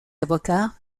avocats